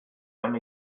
only